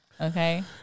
Okay